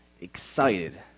excited